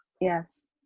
Yes